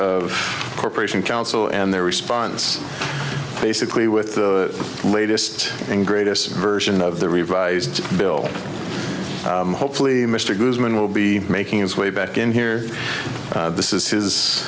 of corporation counsel and their response basically with the latest and greatest version of the revised bill hopefully mr goodman will be making his way back in here this is his